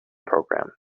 program